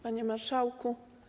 Panie Marszałku!